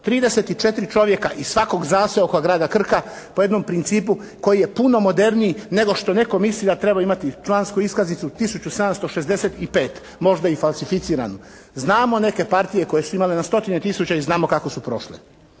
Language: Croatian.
34 čovjeka iz svakog zaseoka oko grada Krka po jednom principu koji je puno moderniji nego što netko misli da treba imati člansku iskaznicu tisuću 765, možda i falsificiranu. Znamo neke partije koje su imale na stotine tisuća i znamo kako su prošle.